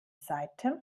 seite